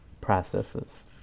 processes